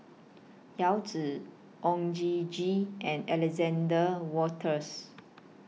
Yao Zi Oon Jin Gee and Alexander Wolters